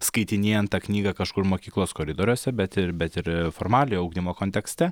skaitinėjant tą knygą kažkur mokyklos koridoriuose bet ir bet ir formaliojo ugdymo kontekste